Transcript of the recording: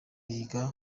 yiga